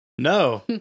No